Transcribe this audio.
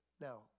Now